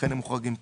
לכן הם מוחרגים פה.